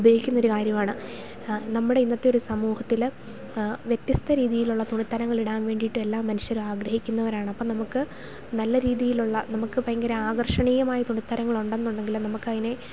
ഉപയോഗിക്കുന്ന ഒരു കാര്യമാണ് നമ്മടെ ഇന്നത്തെ ഒരു സമൂഹത്തിൽ വ്യത്യസ്ത രീതിയിലുള്ള തുണിത്തരങ്ങൾ ഇടാൻ വേണ്ടിയിട്ടെല്ലാം മനുഷ്യർ ആഗ്രഹിക്കുന്നവരാണ് അപ്പം നമുക്ക് നല്ല രീതിയിലുള്ള നമുക്ക് ഭയങ്കര ആകർഷണീയമായ തുണിത്തരങ്ങൾ ഉണ്ട് എന്നുണ്ടെങ്കിൽ നമുക്ക് അതിനെ